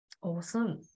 Awesome